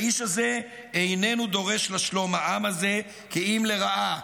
האיש הזה איננו דֹרֵשׁ לשלום לעם הזה כי אם לרעה",